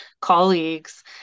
colleagues